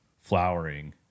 flowering